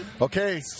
Okay